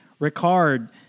Ricard